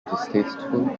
distasteful